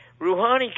Rouhani